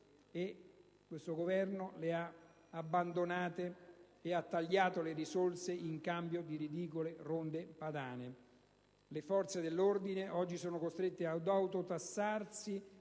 sicurezza, le abbia abbandonate e abbia tagliato le risorse in cambio di ridicole ronde padane. Le forze dell'ordine oggi sono costrette ad autotassarsi